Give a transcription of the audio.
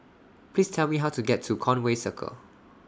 Please Tell Me How to get to Conway Circle